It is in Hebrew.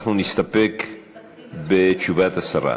אנחנו נסתפק -- מסתפקים בתשובת השרה.